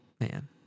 man